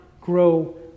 grow